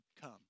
come